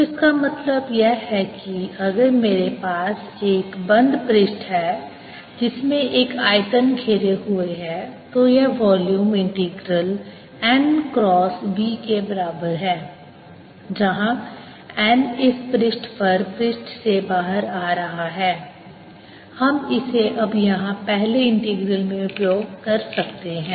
तो इसका मतलब यह है कि अगर मेरे पास एक बंद पृष्ठ है जिसमें एक आयतन घेरे हुए है तो यह volume integral n cross v के बराबर है जहां n इस पृष्ठ पर पृष्ठ से बाहर आ रहा है हम इसे अब यहां पहले इंटीग्रल में उपयोग कर सकते हैं